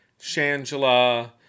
Shangela